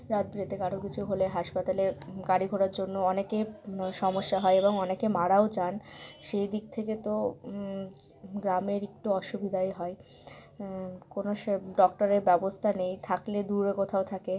রাতবিরেতে কারোর কিছু হলে হাসপাতালে গাড়ি ঘোড়ার জন্য অনেকে সমস্যা হয় এবং অনেকে মারাও যান সেই দিক থেকে তো গ্রামের একটু অসুবিধাই হয় কোনো সে ডক্টরের ব্যবস্থা নেই থাকলে দূরে কোথাও থাকে